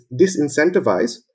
disincentivize